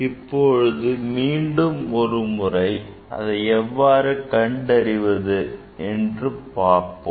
இப்போது மீண்டும் ஒரு முறை அதை எவ்வாறு கண்டறிவது என்று பார்ப்போம்